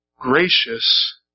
gracious